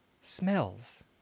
smells